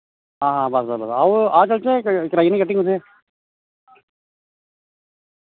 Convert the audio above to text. आं भी उत्थें कराई औचै कट्टिंग उत्थें